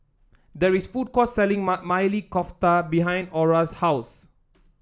there is a food court selling Maili Kofta behind Orra's house